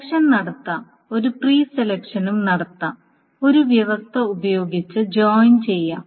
selection നടത്താം ഒരു pre സെലക്ഷനും നടത്താം ഒരു വ്യവസ്ഥ ഉപയോഗിച്ച് ജോയിൻ ചെയ്യാം